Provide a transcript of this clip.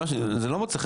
זה לא מוצא חן,